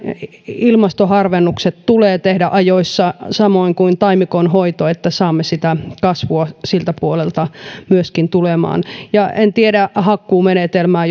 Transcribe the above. ilmastoharvennukset tulee tehdä ajoissa samoin kuin taimikonhoito että saamme sitä kasvua myöskin siltä puolelta tulemaan ja en tiedä hakkuumenetelmää